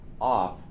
off